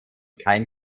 kein